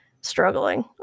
struggling